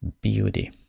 beauty